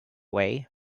way